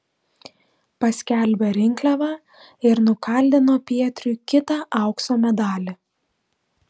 paskelbė rinkliavą ir nukaldino pietriui kitą aukso medalį